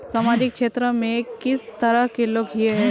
सामाजिक क्षेत्र में किस तरह के लोग हिये है?